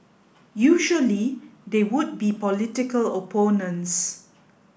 usually they would be political opponents